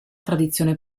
tradizione